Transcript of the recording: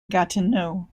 gatineau